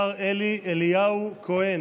השר אלי אליהו כהן.